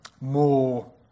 more